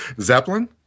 zeppelin